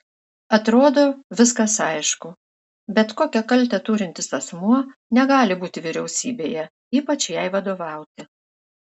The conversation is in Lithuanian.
atrodo viskas aišku bet kokią kaltę turintis asmuo negali būti vyriausybėje ypač jai vadovauti